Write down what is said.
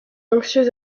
anxieuse